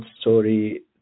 story